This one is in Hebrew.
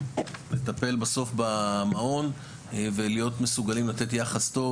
המטפל בסוף במעון ולהיות מסוגלים לתת יחס טוב,